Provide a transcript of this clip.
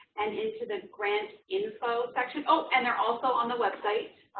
and into the grant info section oh, and they're also on the website,